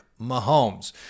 Mahomes